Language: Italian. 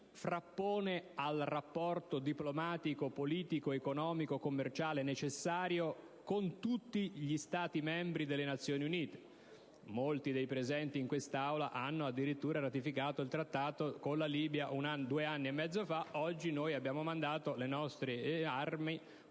frappone al rapporto diplomatico, politico, economico e commerciale necessario con tutti gli Stati membri delle Nazioni Unite: molti dei presenti in quest'Aula hanno addirittura votato a favore della ratifica del Trattato con la Libia; oggi abbiamo mandato le nostre armi